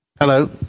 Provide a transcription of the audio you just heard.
Hello